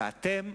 ואתם,